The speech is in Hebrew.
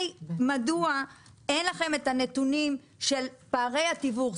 מדוע אין לכם את הנתונים של פערי התיווך?